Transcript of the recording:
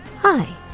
Hi